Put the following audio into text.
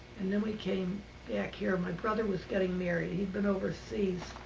and then we came back here. my brother was getting married. he'd been overseas